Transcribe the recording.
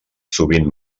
sovint